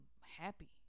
happy